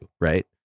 right